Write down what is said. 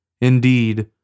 Indeed